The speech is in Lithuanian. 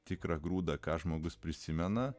tikrą grūdą ką žmogus prisimena